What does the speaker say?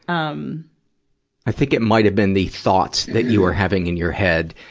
um i think it might have been the thoughts that you were having in your head,